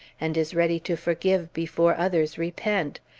and is ready to forgive before others repent,